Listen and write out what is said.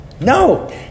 No